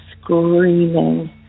screaming